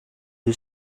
you